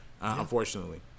unfortunately